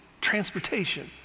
transportation